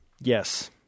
Yes